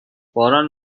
باران